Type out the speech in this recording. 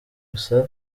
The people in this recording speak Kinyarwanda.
gusa